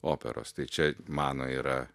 operos tai čia mano yra